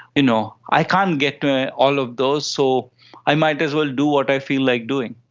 you know, i can't get to all of those, so i might as well do what i feel like doing.